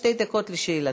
שתי דקות לשאלתך.